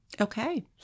okay